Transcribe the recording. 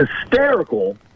hysterical